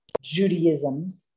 Judaism